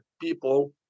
people